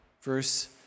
verse